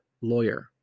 lawyer